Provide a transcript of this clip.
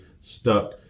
stuck